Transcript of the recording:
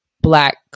black